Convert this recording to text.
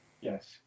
Yes